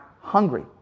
hungry